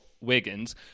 Wiggins